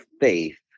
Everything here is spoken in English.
faith